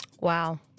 Wow